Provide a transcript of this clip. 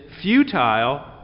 futile